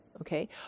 okay